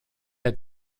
had